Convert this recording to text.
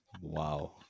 Wow